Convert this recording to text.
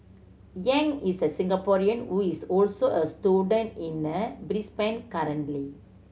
Yang is a Singaporean who is also a student in a Brisbane currently